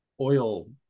oil